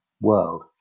world